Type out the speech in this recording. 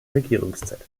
regierungszeit